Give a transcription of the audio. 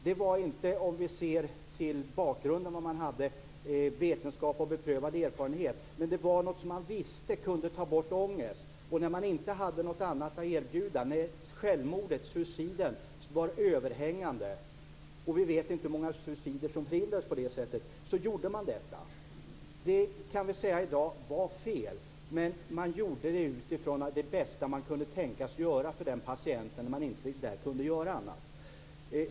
Den bakgrund man hade var inte vetenskap och beprövad erfarenhet. Men det här var något som man visste kunde ta bort ångest. När man inte hade något annat att erbjuda, när självmordet, suiciden, var överhängande - och vi vet inte hur många suicider som förhindrades på det här sättet - gjorde man detta. I dag kan vi säga att det var fel. Men man gjorde det här utifrån att det var det bästa man kunde tänkas göra för patienten när man inte kunde göra annat.